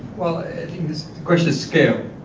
well the question is scale,